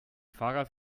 fahrrad